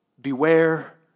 beware